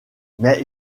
mais